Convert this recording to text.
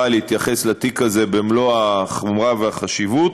להתייחס לתיק הזה במלוא החומרה והחשיבות,